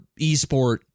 eSport